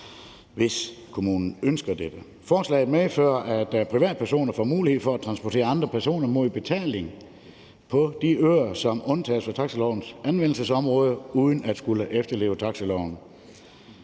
hvis kommunen ønsker det. Forslaget medfører, at privatpersoner får mulighed for at transportere andre personer mod betaling på de øer, som undtages fra taxilovens anvendelsesområde, uden at skulle efterleve taxiloven.